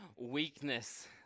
weakness